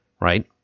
Right